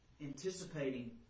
Anticipating